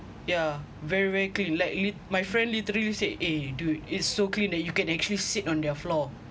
yeah very very clean like li~ my friend literally you said eh dude it's so clean that you can actually sit on their floor